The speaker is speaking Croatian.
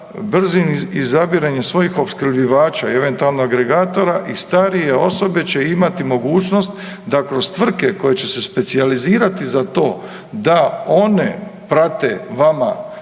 brzim izabiranjem svojih opskrbljivača i eventualno agregatora i starije osobe će imati mogućnost da kroz tvrtke koje će se specijalizirati za to da one prate vama